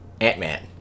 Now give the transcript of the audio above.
Ant-Man